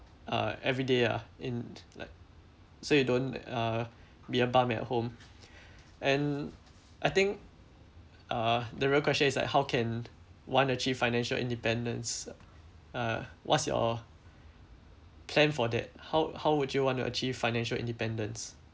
uh everyday ah in like so you don't uh be a bum at home and I think uh the real question is like how can one achieve financial independence uh what's your plan for that how how would you want to achieve financial independence